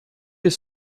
his